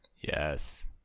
Yes